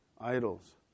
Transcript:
idols